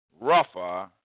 rougher